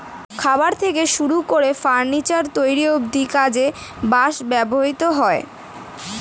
খাবার থেকে শুরু করে ফার্নিচার তৈরি অব্ধি কাজে বাঁশ ব্যবহৃত হয়